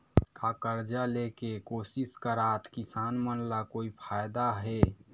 का कर्जा ले के कोशिश करात किसान मन ला कोई फायदा हे?